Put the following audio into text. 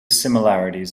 similarities